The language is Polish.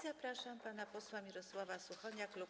Zapraszam pana posła Mirosława Suchonia, klub